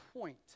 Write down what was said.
point